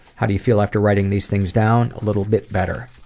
how do you feel after writing these things down? a little bit better.